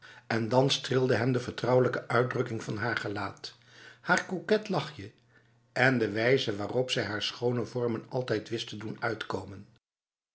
en dan streelde hem de vertrouwelijke uitdrukking van haar gelaat haar koket lachje en de wijze waarop zij haar schone vormen altijd wist te doen uitkomen